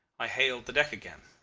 i hailed the deck again.